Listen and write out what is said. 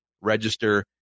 register